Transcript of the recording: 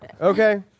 Okay